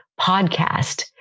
podcast